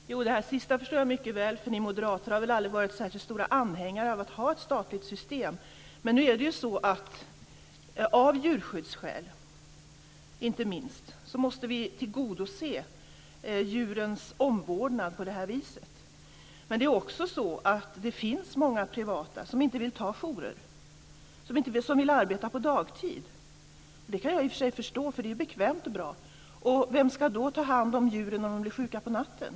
Herr talman! Jo, det sista förstår jag mycket väl. Ni moderater har väl aldrig varit särskilt stora anhängare av att ha ett statligt system. Men nu är det ju så att vi, inte minst av djurskyddsskäl, måste tillgodose djurens omvårdnad på det här viset. Det är också så att det finns många privata som inte vill ta jourer utan som vill arbeta på dagtid. Det kan jag i och för sig förstå, för det är bekvämt och bra. Men vem ska då ta hand om djuren om de blir sjuka på natten?